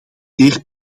zeer